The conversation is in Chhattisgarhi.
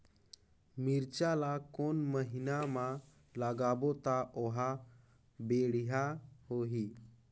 मिरचा ला कोन महीना मा लगाबो ता ओहार बेडिया होही?